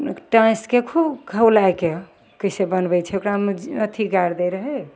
टाँसिके खूब खौलैके कइसे बनबै छै ओकरामे अथी गाड़ि दै रहै